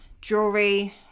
Jewelry